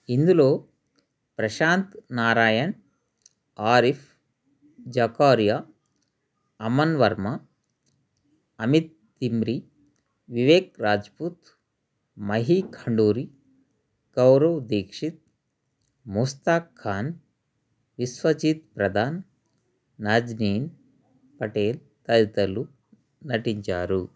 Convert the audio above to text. ఇందులో ప్రశాంత్ నారాయణన్ ఆరిఫ్ జకారియా అమన్ వర్మ అమిత్ తింమ్రీ వివేక్ రాజ్పూత్ మహి ఖండూరి గౌరవ్ దీక్షిత్ ముస్తాక్ ఖాన్ విశ్వజీత్ ప్రధాన్ నాజ్నీన్ పటేల్ తదితరులు నటించారు